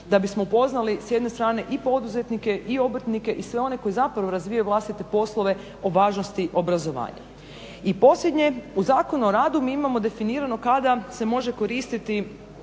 da bismo upoznali s jedne strane i poduzetnike i obrtnike i sve one koji razvijaju vlastite poslove o važnosti obrazovanja. I posljednje u Zakonu o radu mi imamo definirano kada se može koristiti